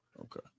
okay